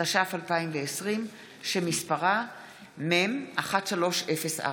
התש"ף 2020, שמספרה מ/1304.